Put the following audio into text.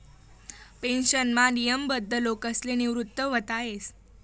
पेन्शनमा नियमबद्ध लोकसले निवृत व्हता येस